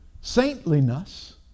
saintliness